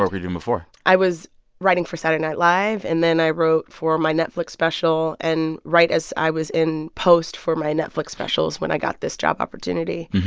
work were you doing before? i was writing for saturday night live, and then i wrote for my netflix special. and right as i was in post for my netflix special is when i got this job opportunity.